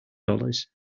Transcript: dollars